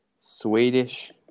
Swedish